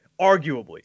arguably